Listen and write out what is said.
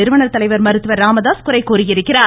நிறுவனர் தலைவர் மருத்துவர் ராமதாஸ் குறை கூறியிருக்கிறார்